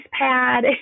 pad